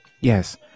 Yes